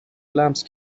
لمس